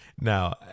Now